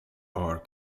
are